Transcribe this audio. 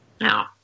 Now